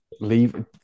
Leave